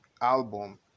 album